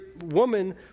woman